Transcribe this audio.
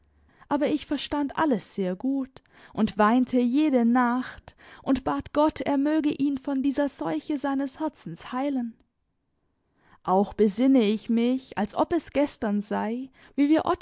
aber ich verstand alles sehr gut und weinte jede nacht und bat gott er möge ihn von dieser seuche seines herzens heilen auch besinne ich mich als ob es gestern sei wie wir